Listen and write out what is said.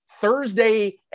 Thursday